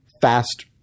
fast